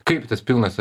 kaip tas pilnas